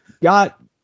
got